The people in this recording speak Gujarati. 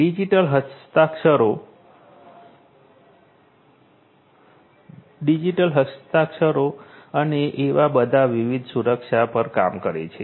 ડિજિટલ હસ્તાક્ષરો અને એવા બધા વિવિધ સુરક્ષા પર કામ કરે છે